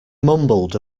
mumbled